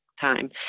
time